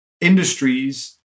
industries